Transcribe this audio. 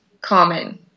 common